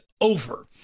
over